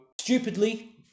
stupidly